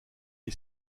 est